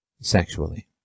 sexually